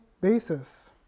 basis